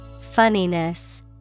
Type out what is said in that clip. Funniness